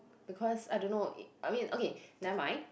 because I don't know I mean okay never mind